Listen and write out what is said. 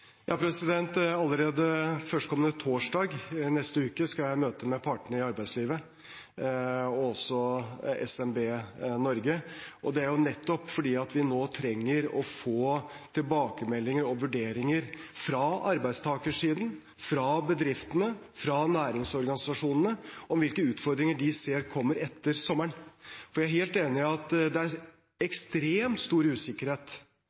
Allerede førstkommende torsdag, neste uke, skal jeg i møte med partene i arbeidslivet og også SMB Norge, og det er nettopp fordi vi nå trenger å få tilbakemeldinger og vurderinger fra arbeidstakersiden, fra bedriftene, fra næringsorganisasjonene om hvilke utfordringer de ser kommer etter sommeren. For jeg er helt enig i at det er ekstremt stor usikkerhet,